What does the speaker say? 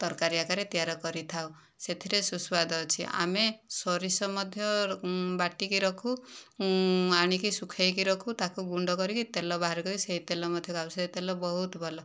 ତରକାରୀ ଆକାରରେ ତିଆରି କରିଥାଉ ସେଥିରେ ସୁସ୍ଵାଦ ଅଛି ଆମେ ସୋରିଷ ମଧ୍ୟ ବାଟିକି ରଖୁ ଆଣିକି ସୁଖାଇକି ରଖୁ ତାକୁ ଗୁଣ୍ଡ କରିକି ତେଲ ବାହାର କରିକି ସେହି ତେଲ ମଧ୍ୟ ଖାଉ ସେହି ତେଲ ବହୁତ ଭଲ